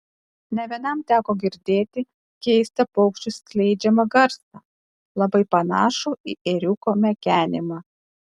ne vienam teko girdėti keistą paukščių skleidžiamą garsą labai panašų į ėriuko mekenimą